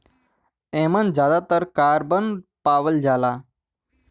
एमन जादातर कारबन पावल जाला